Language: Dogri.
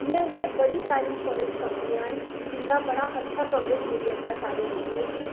इ'यां गै बड़ी सारी इंशोरैंस कम्पनियां न जिंदा बड़ा अच्छा कवरेज मिली जंदा ऐ सारें लोगें ई